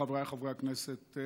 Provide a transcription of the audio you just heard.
חבריי חברי הכנסת,